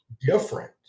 different